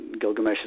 Gilgamesh